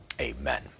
Amen